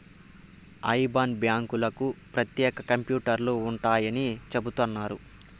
IBAN బ్యాంకులకు ప్రత్యేక కంప్యూటర్లు ఉంటాయని చెబుతున్నారు